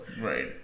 Right